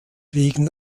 wegen